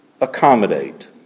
accommodate